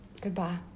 Goodbye